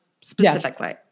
specifically